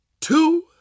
two